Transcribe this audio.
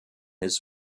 his